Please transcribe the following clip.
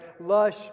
lush